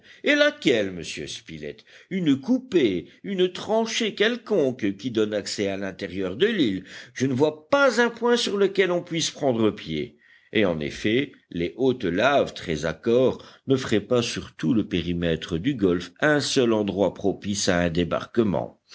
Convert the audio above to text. et laquelle monsieur spilett une coupée une tranchée quelconque qui donne accès à l'intérieur de l'île je ne vois pas un point sur lequel on puisse prendre pied et en effet les hautes laves très accores n'offraient pas sur tout le périmètre du golfe un seul endroit propice à un débarquement